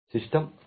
system ಕರೆಗಳು